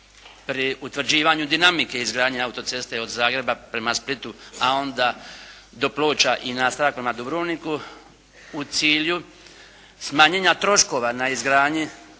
pri utvrđivanju dinamike izgradnje auto-ceste od Zagreba prema Splitu, a onda do Ploča i … /Govornik se ne razumije./ … prema Dubrovniku u cilju smanjenja troškova na izgradnji